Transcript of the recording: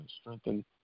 strengthen